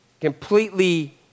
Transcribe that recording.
completely